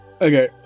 Okay